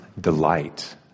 delight